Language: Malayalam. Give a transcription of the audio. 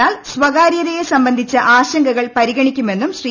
എന്നാൽ സ്വകാര്യതയെ സംബന്ധിച്ച ആശങ്കകൾ പരിഗണിക്കുമെന്നും ശ്രീ